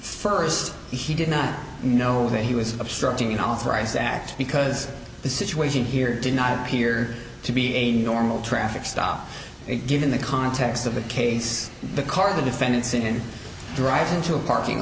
first he did not know that he was obstructing an authorized act because the situation here did not appear to be a normal traffic stop it given the context of a case the car the defendants in drive into a parking